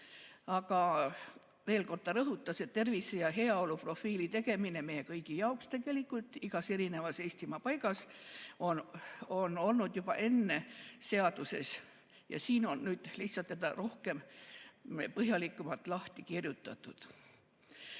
ta veel kord rõhutas, et tervise‑ ja heaoluprofiili tegemine meie kõigi jaoks tegelikult, igas Eestimaa paigas, on olnud juba enne seaduses ja siin on nüüd lihtsalt seda rohkem, põhjalikumalt lahti kirjutatud. Mina